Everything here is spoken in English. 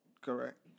Correct